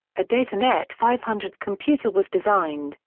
a datanet five hundred computer was designed,